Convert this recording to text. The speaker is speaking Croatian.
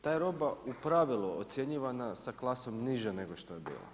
Ta je roba u pravilu ocjenjivana sa klasom niže nego što je bila.